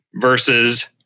versus